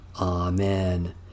Amen